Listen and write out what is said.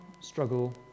struggle